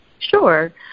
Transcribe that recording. Sure